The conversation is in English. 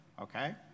okay